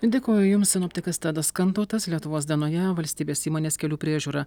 dėkoju jums sinoptikas tadas kantautas lietuvos dienoje valstybės įmonės kelių priežiūra